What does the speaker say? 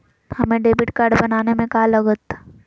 हमें debit card बनाने में का लागत?